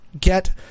get